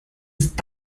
ist